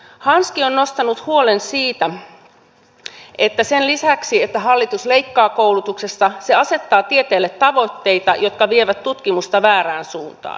hanski on nostanut huolen siitä että sen lisäksi että hallitus leikkaa koulutuksesta se asettaa tieteelle tavoitteita jotka vievät tutkimusta väärään suuntaan